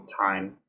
time